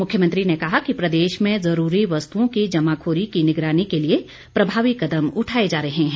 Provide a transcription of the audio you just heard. मुख्यमंत्री ने कहा कि प्रदेश में आवश्यक वस्तुओं की जमाखोरी की निगरानी के लिए प्रभावी कदम उठाए जा रहे हैं